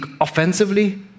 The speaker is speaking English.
offensively